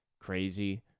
crazy